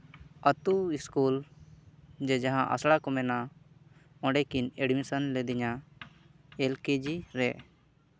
ᱟᱛᱳ ᱥᱠᱩᱞ ᱡᱮ ᱡᱟᱦᱟᱸ ᱟᱥᱲᱟ ᱠᱚ ᱢᱮᱱᱟ ᱚᱸᱰᱮᱠᱤᱱ ᱮ ᱰᱢᱤᱥᱚᱱ ᱞᱤᱫᱤᱧᱟᱹ ᱮᱹᱞ ᱠᱮᱹ ᱡᱤ ᱨᱮ